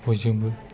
बयजोंबो